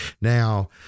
now